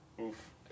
Oof